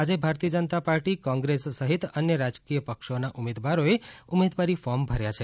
આજે ભારતીય જનતા પાર્ટી કોંગ્રેસ સહિત અન્ય રાજકીય પક્ષોના ઉમેદવારોએ ઉમેદવારી ફોર્મ ભર્યા છે